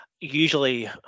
Usually